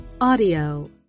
audio